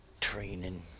training